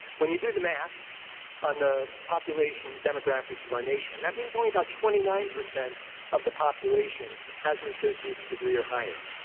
when you do the math on the population, the demographics of our nation, that means only about twenty nine percent of the population has an associate's degree or higher.